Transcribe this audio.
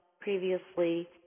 previously